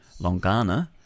Longana